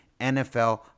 NFL